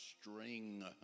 string